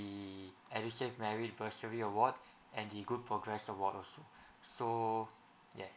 the EDUSAVE merit bursary award and the good progress award also so yes